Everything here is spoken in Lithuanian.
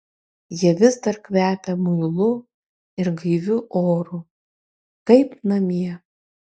jie vis dar kvepia muilu ir gaiviu oru kaip namie